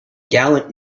gallant